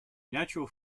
natural